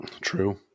True